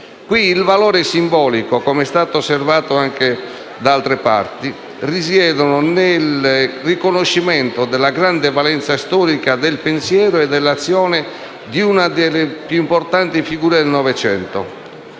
Qui il valore simbolico - come è stato osservato anche da altre parti - risiede nel riconoscimento della grande valenza storica del pensiero e dell'azione di una delle più importanti figure del Novecento.